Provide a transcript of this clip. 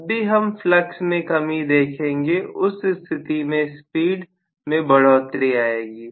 जब भी हम फ्लक्स में कमी देखेंगे उस स्थिति में स्पीड में बढ़ोतरी आएगी